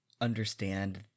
understand